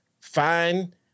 Fine